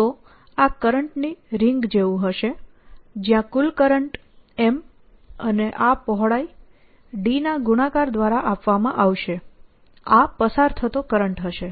તો આ કરંટની રિંગ જેવું હશે જ્યાં કુલ કરંટ M અને આ પહોળાઈ d ના ગુણાકાર દ્વારા આપવામાં આવશે આ પસાર થતો કરંટ હશે